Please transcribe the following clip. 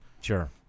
sure